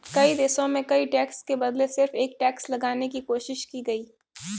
कई देशों में कई टैक्स के बदले सिर्फ एक टैक्स लगाने की कोशिश की गयी